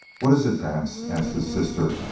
what is it, vance? asked his sister,